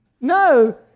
No